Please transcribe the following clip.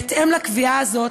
בהתאם לקביעה הזאת,